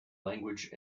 language